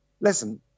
Listen